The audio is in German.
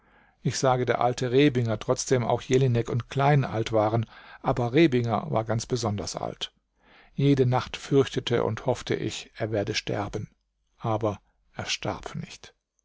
ich sage der alte rebinger trotzdem auch jelinek und klein alt waren aber rebinger war ganz besonders alt jede nacht fürchtete und hoffte ich er werde sterben aber er starb nicht